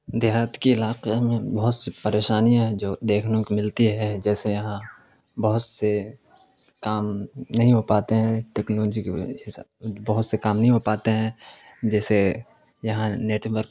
دیہات کے علاقے میں بہت سی پریشانیاں ہیں جو دیکھنے کو ملتی ہے جیسے یہاں بہت سے کام نہیں ہو پاتے ہیں ٹیکنالوجی کی بہت سے کام نہیں ہو پاتے ہیں جیسے یہاں نیٹورک